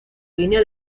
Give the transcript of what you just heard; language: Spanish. línea